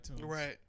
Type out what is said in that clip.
Right